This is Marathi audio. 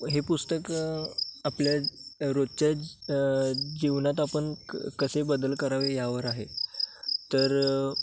हे पुस्तक आपल्या रोजच्या जीवनात आपण क कसे बदल करावे यावर आहे तर